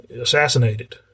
assassinated